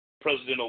President